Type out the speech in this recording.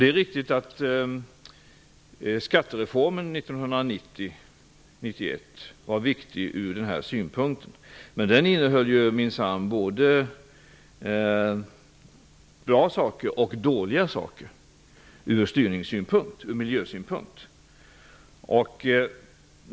Det är riktigt att skattereformen 1990-1991 var viktig ur denna synpunkt, men den innehöll minsann både bra och dåliga inslag ur miljöstyrningssynpunkt.